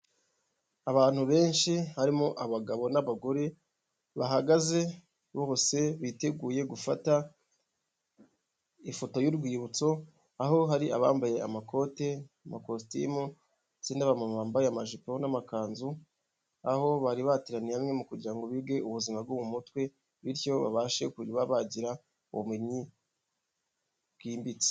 Abantu benshi harimo abagabo n'abagore bahagaze bose biteguye gufata ifoto y'urwibutso aho hari abambaye amakoti amakositimu ndetse n'abamama bambaye amajipo n'amakanzu aho bari bateraniye hamwe mu kugira ngo bige ubuzima bwo mu mutwe bityo babashe kureba bagira ubumenyi bwimbitse.